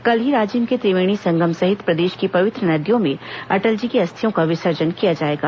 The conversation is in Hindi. कल ही राजिम के त्रिवेणी संगम सहित प्रदेश की पवित्र नदियों में अटल जी की अस्थियों का विसर्जन किया जाएगा